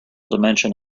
dimension